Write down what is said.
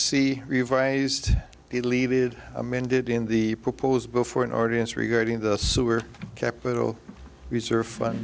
see revised he leave it amended in the proposed before an audience regarding the sewer capital reserve fun